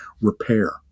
repair